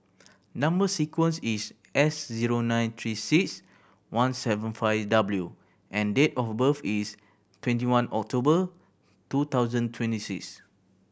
number sequence is S zero nine Three Six One seven five W and date of birth is twenty one October two thousand twenty six